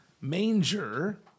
manger